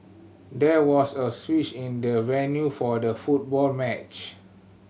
there was a switch in the venue for the football match